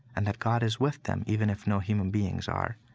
and that god is with them, even if no human beings are.